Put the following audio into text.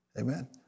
Amen